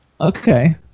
Okay